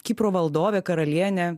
kipro valdovę karalienę